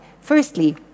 Firstly